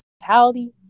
mentality